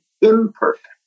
imperfect